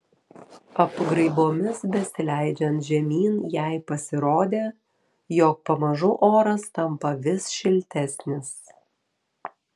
apgraibomis besileidžiant žemyn jai pasirodė jog pamažu oras tampa vis šiltesnis